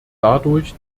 dadurch